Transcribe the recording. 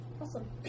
Awesome